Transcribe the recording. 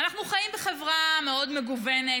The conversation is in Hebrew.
אנחנו חיים בחברה מאוד מגוונת,